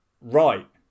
right